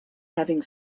having